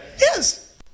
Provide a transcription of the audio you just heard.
yes